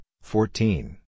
fourteen